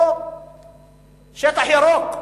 פה שטח ירוק.